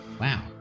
wow